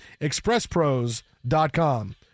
ExpressPros.com